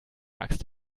axt